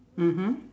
mmhmm